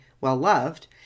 well-loved